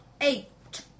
Eight